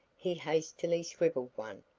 he hastily scribbled one,